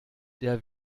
der